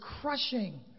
crushing